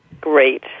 Great